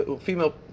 female